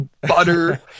butter